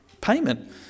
payment